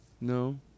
No